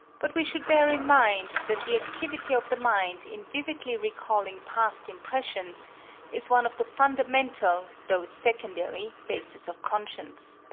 but we should bear in mind that the activity of the mind in vividly recalling past impressions is one of the fundamental though secondary bases of conscience.